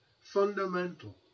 fundamental